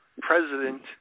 president